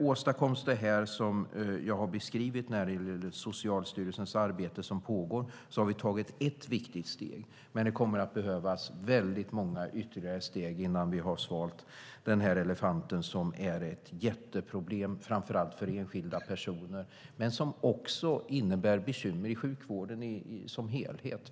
Åstadkoms det som jag har beskrivit när det gäller Socialstyrelsens pågående arbete har vi tagit en viktig tugga, men det kommer att behövas många fler innan vi har svalt den här elefanten som är ett jätteproblem framför allt för enskilda personer men som också innebär bekymmer i sjukvården som helhet.